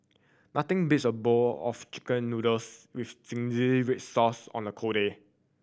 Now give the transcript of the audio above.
nothing beats a bowl of Chicken Noodles with zingy red sauce on the cold day